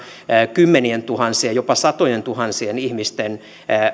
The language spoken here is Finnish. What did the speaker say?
kymmenientuhansien jopa satojentuhansien ihmisten